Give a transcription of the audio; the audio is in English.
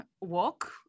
walk